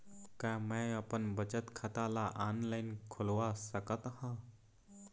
का मैं अपन बचत खाता ला ऑनलाइन खोलवा सकत ह?